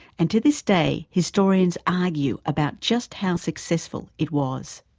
and to this day, historians argue about just how successful it was.